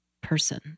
person